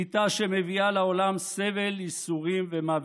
שליטה שמביאה לעולם סבל, ייסורים ומוות.